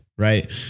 right